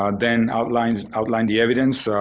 um then outlines outline the evidence,